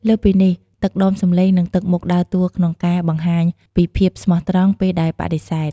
លើសពីនេះ ទឹកដមសំឡេង និងទឹកមុខដើរតួក្នុងការបង្ហាញពីភាពស្មោះត្រង់ពេលដែលបដិសេធ។